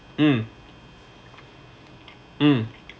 mm mm